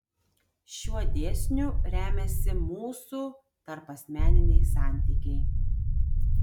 šiuo dėsniu remiasi mūsų tarpasmeniniai santykiai